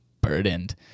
burdened